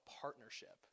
partnership